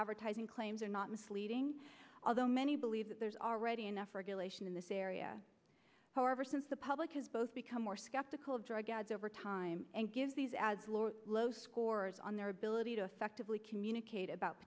advertising claims are not misleading although many believe that there's already enough regulation in this area however since the public has both become more skeptical of drug ads over time and give these as lord low scores on their ability to affectively communicate about